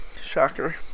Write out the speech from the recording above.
Shocker